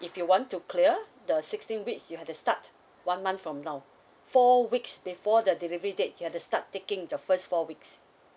if you want to clear the sixteen weeks you have to start one month from now four weeks before the delivery date you have to start taking the first four weeks